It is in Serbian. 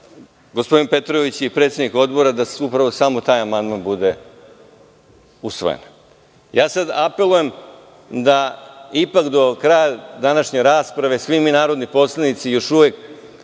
gospodin Petrović je predsednik odbora, da upravo samo taj amandman bude usvojen. Apelujem da ipak do kraja današnje rasprave svi mi narodni poslanici još uvek